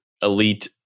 elite